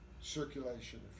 circulation